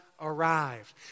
arrived